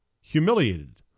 humiliated